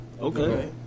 Okay